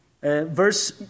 Verse